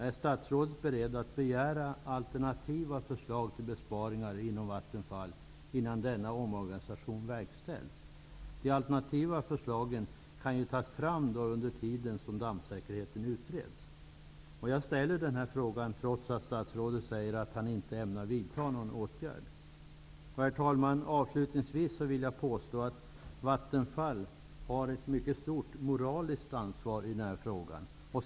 Är statsrådet beredd att begära alternativa förslag till besparingar inom Vattenfall innan denna omorganisation verkställs? De alternativa förslagen kan ju tas fram under tiden som dammsäkerheten utreds. Jag ställer denna fråga, trots att statsrådet säger att han inte ämnar vidta någon åtgärd. Herr talman! Avslutningsvis vill jag påstå att Vattenfall har ett mycket stort moraliskt ansvar i denna fråga.